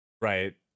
right